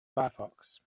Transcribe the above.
firefox